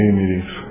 meetings